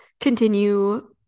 continue